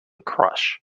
crush